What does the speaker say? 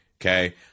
Okay